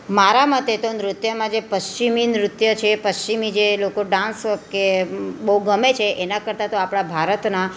મારા મતે તો નૃત્યમાં જે પશ્ચિમી નૃત્ય છે પશ્ચિમી જે લોકો ડાન્સ કે બહુ ગમે છે એના કરતાં તો આપણા ભારતના